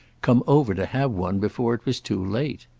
come over to have one before it was too late.